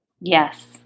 Yes